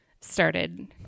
started